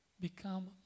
become